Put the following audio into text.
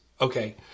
Okay